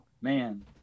man